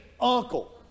uncle